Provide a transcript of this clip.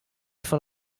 fan